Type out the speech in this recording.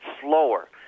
slower